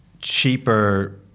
cheaper